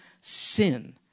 sin